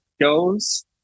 goes